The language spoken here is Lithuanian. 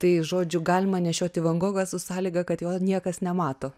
tai žodžiu galima nešioti van gogą su sąlyga kad jo niekas nemato